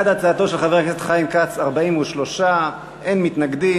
בעד הצעתו של חבר הכנסת חיים כץ, 43, אין מתנגדים.